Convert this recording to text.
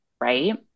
Right